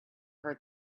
heard